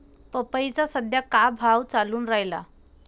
पपईचा सद्या का भाव चालून रायला?